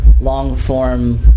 long-form